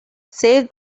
save